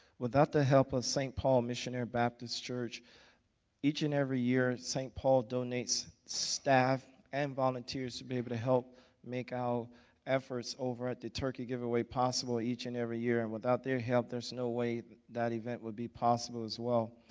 without the help of st. paul missionary baptist church each and every year st. paul donates staff and volunteers to be able to help make our efforts over at the turkey giveaway possible each and every year, and without their help, there's no way that event would be possible as well,